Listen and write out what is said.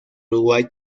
uruguay